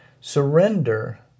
Surrender